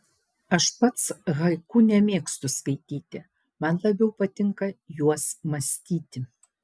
aš pats haiku nemėgstu skaityti man labiau patinka juos mąstyti